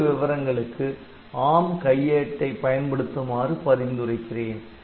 அதிக விவரங்களுக்கு ARM கையேட்டை பயன்படுத்துமாறு பரிந்துரைக்கிறேன்